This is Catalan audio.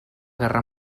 guerra